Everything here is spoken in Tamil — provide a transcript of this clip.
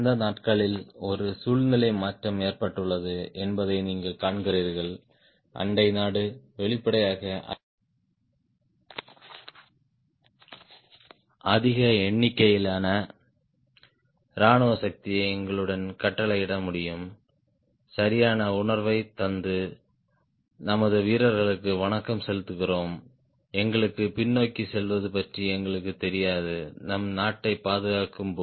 அந்த நாட்களில் ஒரு சூழ்நிலை மாற்றம் ஏற்பட்டுள்ளது என்பதை நீங்கள் காண்கிறீர்கள் அண்டை நாடு வெளிப்படையாக அதிக எண்ணிக்கையிலான இராணுவ சக்தியை எங்களுடன் கட்டளையிட முடியும் சரியான உணர்வைத் தந்த நமது வீரர்களுக்கு வணக்கம் செலுத்துகிறோம் எங்களுக்கு பின்னோக்கிச் செல்வது பற்றி எங்களுக்குத் தெரியாது நம் நாட்டைப் பாதுகாக்கும் போது